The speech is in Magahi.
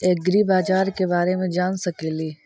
ऐग्रिबाजार के बारे मे जान सकेली?